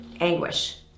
anguish